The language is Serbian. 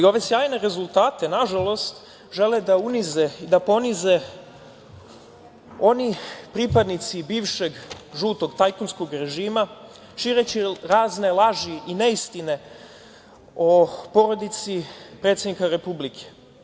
Ove sjajne rezultate, nažalost, žele da unize i da ponize onih pripadnici bivšeg žutog tajkunskog režima, šireći razne laži i neistine o porodici predsednika Republike.